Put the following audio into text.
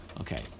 Okay